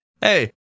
hey